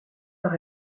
par